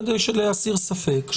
כדי להסיר ספק,